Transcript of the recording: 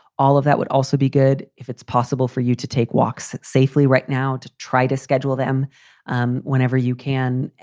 all of that would also be good if it's possible for you to take walks safely right now to try to schedule them um whenever you can.